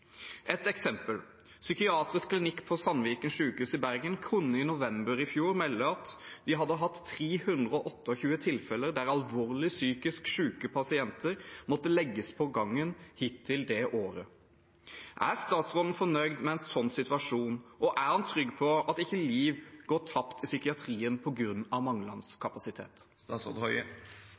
eksempel: Psykiatrisk klinikk ved Sandviken sykehus i Bergen kunne i november i fjor melde at de hittil det året hadde hatt 328 tilfeller der alvorlig psykisk syke pasienter måtte legges på gangen. Er statsråden fornøyd med en slik situasjon, og er han trygg på at ikke liv går tapt i psykiatrien på grunn av manglende kapasitet?